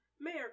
Mayor